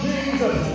Jesus